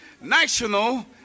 national